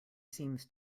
seems